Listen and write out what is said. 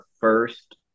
first